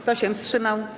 Kto się wstrzymał?